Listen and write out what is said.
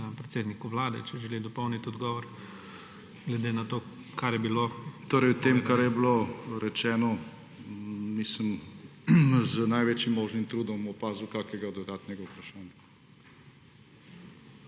predsedniku vlade, če želi dopolniti odgovor glede na to, kar je bilo. **JANEZ (IVAN) JANŠA:** V tem, kar je bilo rečeno, nisem z največjim možnim trudom opazil kakšnega dodatnega vprašanja.